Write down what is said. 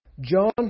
John